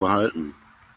behalten